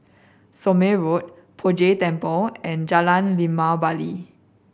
Somme Road Poh Jay Temple and Jalan Limau Bali